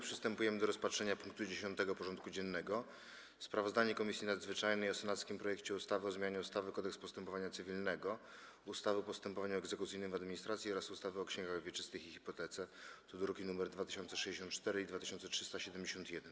Przystępujemy do rozpatrzenia punktu 10. porządku dziennego: Sprawozdanie Komisji Nadzwyczajnej o senackim projekcie ustawy o zmianie ustawy Kodeks postępowania cywilnego, ustawy o postępowaniu egzekucyjnym w administracji oraz ustawy o księgach wieczystych i hipotece (druki nr 2064 i 2371)